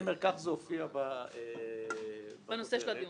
אני אומר כי כך זה הופיע בנושא הדיון.